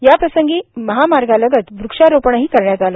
याप्रसंगी महामार्गालगत वृक्षारोपण ही करण्यात आले